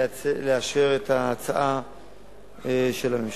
לאשר את הצעת הממשלה.